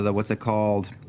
and what's it called?